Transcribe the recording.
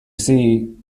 see